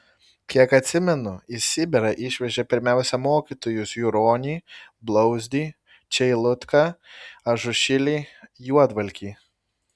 kiek atsimenu į sibirą išvežė pirmiausia mokytojus juronį blauzdį čeilutką ažušilį juodvalkį